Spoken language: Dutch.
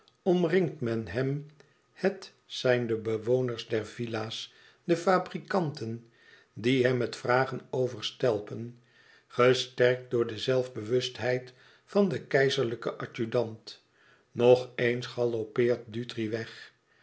omringt men hem het zijn de bewoners der villa's de fabrikanten die hem met vragen overstelpen gesterkt door de zelfbewustheid van den keizerlijken adjudant nog eens galoppeert dutri weg